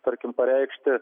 tarkim pareikšti